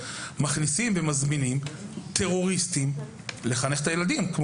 בהם מזמינים ומכניסים טרוריסטים לחנך את הילדים.